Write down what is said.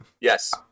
Yes